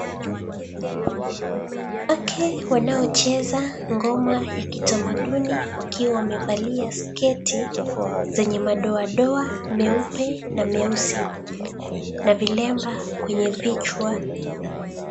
Wanawake wanaocheza ngoma ya kitamaduni wakiwa wamevalia sketi zenye madoadoa meupe na meusi na vilemba kwenye vichwa.